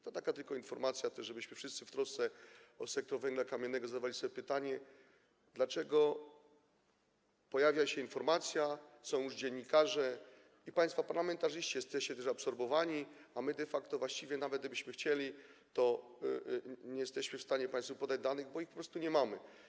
To tylko taka informacja, żebyśmy też wszyscy w trosce o sektor węgla kamiennego zadawali sobie pytanie, dlaczego pojawia się informacja, są już dziennikarze i państwo parlamentarzyści jesteście też absorbowani, a my de facto właściwie nawet gdybyśmy chcieli, to nie jesteśmy w stanie państwu podać danych, bo ich po prostu nie mamy.